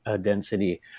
density